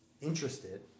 interested